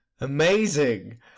Amazing